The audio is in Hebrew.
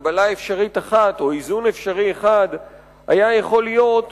הגבלה אפשרית אחת או איזון אפשרי אחד היה יכול להיות